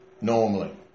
normally